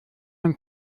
den